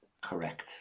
Correct